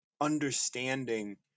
understanding